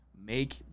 make